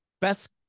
best